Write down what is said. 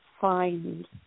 find